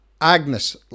Agnes